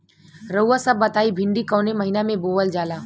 रउआ सभ बताई भिंडी कवने महीना में बोवल जाला?